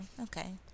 Okay